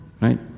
right